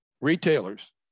retailers